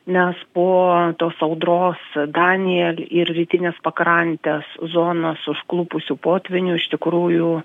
nes po tos audros daniją ir rytines pakrantes zonas užklupusių potvynių iš tikrųjų